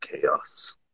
chaos